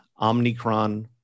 Omnicron